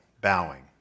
Bowing